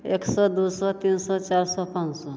एक सओ दू सओ तीन सओ चारि सओ पाँच सओ